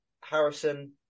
Harrison